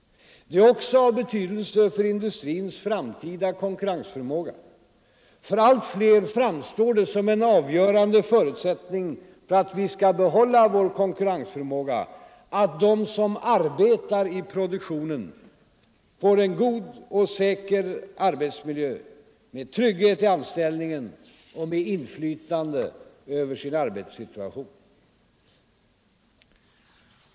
Det är också av betydelse för industrins framtida konkurrensförmåga. För allt fler framstår det som en avgörande förutsättning för att vi skall behålla vår konkurrensförmåga att de som arbetar i produktionen får en god och säker arbetsmiljö med trygghet i anställningen och med inflytande över sin arbetssituation.